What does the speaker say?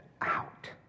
out